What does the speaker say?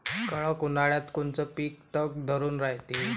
कडक उन्हाळ्यात कोनचं पिकं तग धरून रायते?